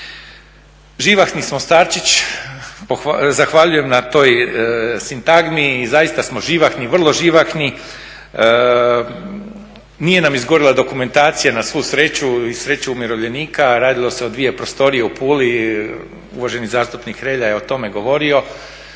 Živahni smo starčić, zahvaljujem na toj sintagmi. Zaista smo živahni, vrlo živahni, nije nam izgorila dokumentacija na svu sreću i sreću umirovljenika, radilo se o dvije prostorije u Puli, uvaženi zastupnik Hrelja je o tome govorio.